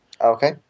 Okay